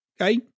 Okay